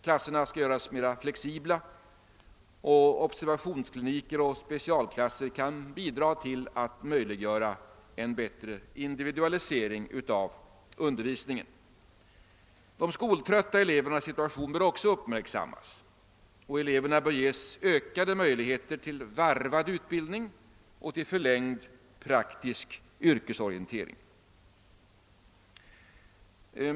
Klasserna skall göras mera flexibla, och observationskliniker och specialklasser kan bidra till att möjliggöra en bättre individualisering av undervisningen. De skoltrötta elevernas situation bör också uppmärksammas, och eleverna bör ges ökade möjligheter till varvad utbildning och till förlängd praktisk yrkesorientering.